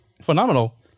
Phenomenal